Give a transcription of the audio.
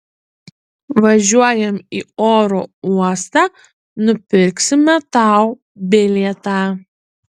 važiuojam į oro uostą nupirksime tau bilietą